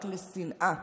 רק לשנאה,